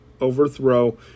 overthrow